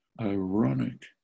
ironic